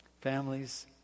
Families